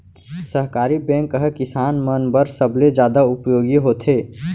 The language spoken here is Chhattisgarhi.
सहकारी बैंक ह किसान मन बर सबले जादा उपयोगी होथे